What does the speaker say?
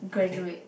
graduate